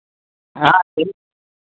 हाँ ठीक